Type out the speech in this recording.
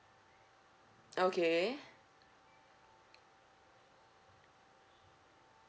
okay